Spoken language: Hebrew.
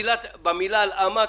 במילה "הלאמה",